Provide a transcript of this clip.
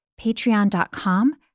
patreon.com